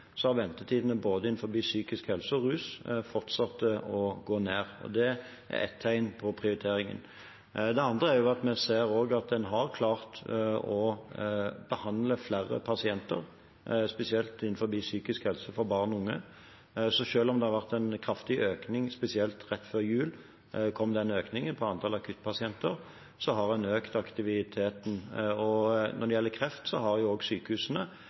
har ventetidene på behandling både av psykisk helse og rus fortsatt å gå ned. Det er et tegn på prioriteringen. Det andre er at vi også ser at en har klart å behandle flere pasienter, spesielt innenfor psykisk helse for barn og unge. Så selv om det har vært en kraftig økning – spesielt rett før jul, da kom den økningen på antall akuttpasienter – så har en økt aktiviteten. Når det gjelder kreft, har